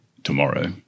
tomorrow